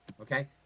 Okay